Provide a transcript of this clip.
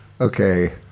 okay